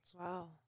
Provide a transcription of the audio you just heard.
Wow